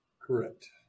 Correct